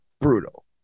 brutal